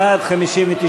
בעד, 59,